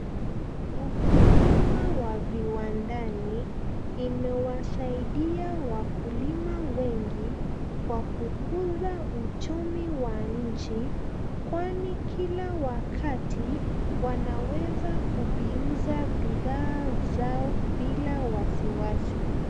Ukulima wa viwandani imewasaidia wakulima wengi ,kwa kukuza uchumi wa nchi ,kwani Kila wakati ,wanaweza kuviuza bidhaa zao bila wasiwasi